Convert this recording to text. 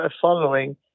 following